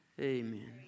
Amen